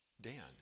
Dan